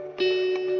the